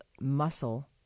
muscle